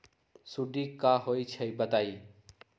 सुडी क होई छई बताई?